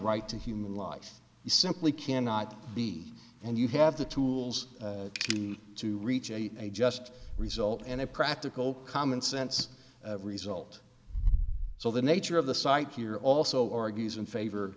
right to human life you simply cannot be and you have the tools to reach a just result and a practical common sense result so the nature of the site here also argues in favor